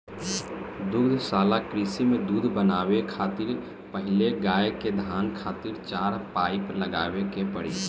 दुग्धशाला कृषि में दूध बनावे खातिर पहिले गाय के थान खातिर चार पाइप लगावे के पड़ी